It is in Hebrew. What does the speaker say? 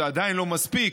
זה עדיין לא מספיק,